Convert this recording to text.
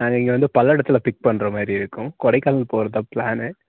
நாங்கள் இங்கே வந்து பல்லடத்தில் பிக் பண்ணுற மாதிரி இருக்கும் கொடைக்கானல் போகிறது தான் ப்ளானு